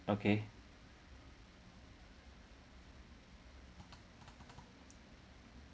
okay